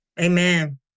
Amen